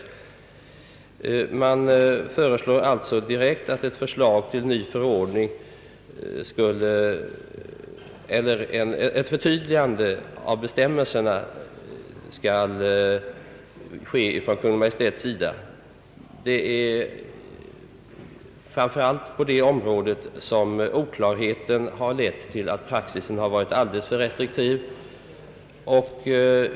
Man föreslår alltså direkt, att ett förtydligande av bestämmelserna skall ske ifrån Kungl. Maj:ts sida. Det är framför allt på det området som oklarheten har lett till att praxis har varit alldeles för restriktiv.